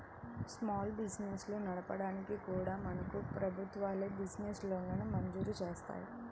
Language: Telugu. స్మాల్ బిజినెస్లను నడపడానికి కూడా మనకు ప్రభుత్వాలే బిజినెస్ లోన్లను మంజూరు జేత్తన్నాయి